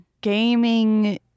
gaming